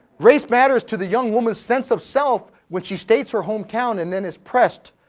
race matters to the young woman's sense of self when she states her hometown, and then is pressed,